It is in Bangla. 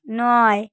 নয়